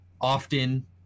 often